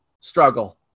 struggle